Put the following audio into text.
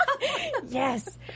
Yes